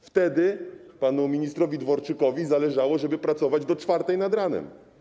Wtedy panu ministrowi Dworczykowi zależało, żeby pracować do godz. 4 nad ranem.